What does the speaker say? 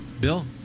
Bill